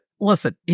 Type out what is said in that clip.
listen